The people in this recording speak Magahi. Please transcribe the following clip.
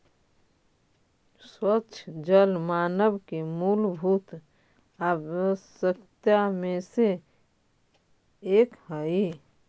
स्वच्छ जल मानव के मूलभूत आवश्यकता में से एक हई